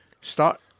start